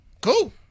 cool